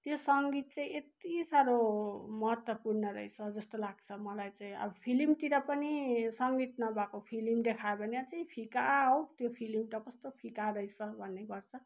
त्यो सङ्गीत चाहिँ यति साह्रो महत्वपूर्ण रहेछ जस्तो लाग्छ मलाई चाहिँ अब फिल्मतिर पनि सङ्गीत नभएको फिल्म देखायो भने चाहिँ फिका हो त्यो फिल्म त कस्तो फिका रहेछ भन्ने गर्छ